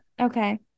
okay